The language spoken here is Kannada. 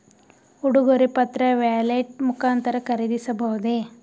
ಉಡುಗೊರೆ ಪತ್ರ ವ್ಯಾಲೆಟ್ ಮುಖಾಂತರ ಖರೀದಿಸಬಹುದೇ?